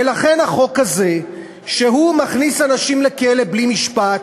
ולכן החוק הזה שמכניס אנשים לכלא בלי משפט